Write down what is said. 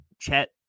Chet